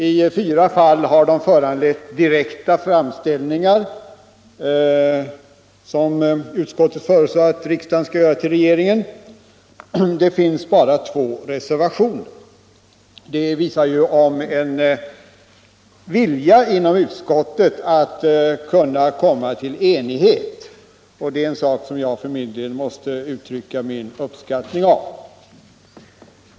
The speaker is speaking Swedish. I fyra fall har de föranlett utskottet att föreslå att riksdagen skall göra direkta framställningar till regeringen. Det föreligger bara två reservationer, vilket visar en vilja inom utskottet att komma fram till enighet. Det är något som jag måste uttrycka min uppskattning av.